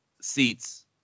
seats